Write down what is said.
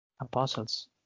Apostles